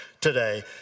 today